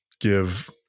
give